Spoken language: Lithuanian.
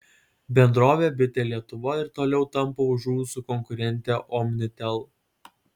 bendrovė bitė lietuva ir toliau tampo už ūsų konkurentę omnitel